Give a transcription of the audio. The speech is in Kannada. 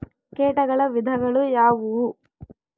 ಕೇಟಗಳ ವಿಧಗಳು ಯಾವುವು?